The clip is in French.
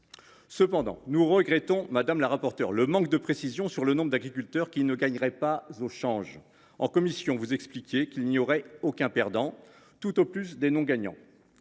Cependant, nous regrettons, madame la rapporteure, le manque de précision sur le nombre d’agriculteurs qui ne gagneraient pas au change. En commission, vous avez expliqué qu’il n’y aurait aucun perdant, tout au plus des « non gagnants